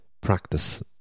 practice